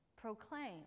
proclaim